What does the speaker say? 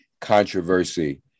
controversy